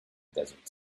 desert